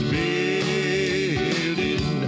building